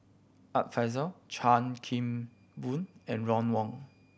Art Fazil Chan Kim Boon and Ron Wong